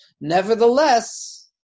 nevertheless